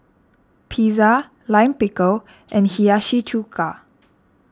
Pizza Lime Pickle and Hiyashi Chuka